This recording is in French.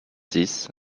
six